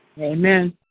Amen